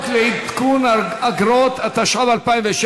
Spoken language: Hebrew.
לתיקון פקודת הרוקחים (מס' 23) (עונשין,